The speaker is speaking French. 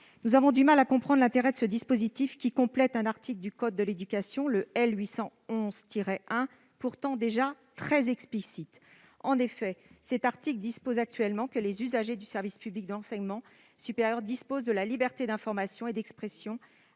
Nous avons du mal à comprendre l'intérêt de ce dispositif qui complète l'article L. 811-1 du code de l'éducation, pourtant déjà très explicite. En effet, le code de l'éducation prévoit actuellement que les usagers du service public d'enseignement supérieur disposent de la liberté d'information et d'expression